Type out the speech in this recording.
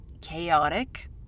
chaotic